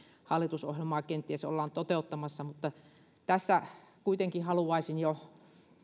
hallitusohjelmaa kenties ollaan toteuttamassa niin tässä kuitenkin haluaisin jo